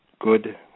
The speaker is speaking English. good